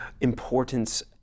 importance